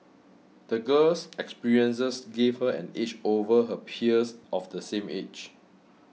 the girl's experiences gave her an edge over her peers of the same age